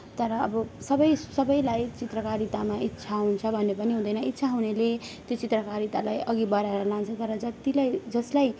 तर अब सबै सबैलाई चित्रकारितामा इच्छा हुन्छ भन्ने पनि हुँदैन इच्छा हुनेले त्यो चित्रकारितालाई अघि बढाएर लान्छ तर जतिलाई जसलाई